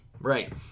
right